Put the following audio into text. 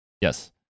Yes